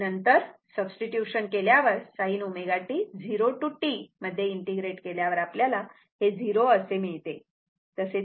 आणि नंतर सबसीट्युशन केल्यावर sin ω t 0 ते T मध्ये इंटिग्रेट केल्यावर आपल्याला 0 असे मिळते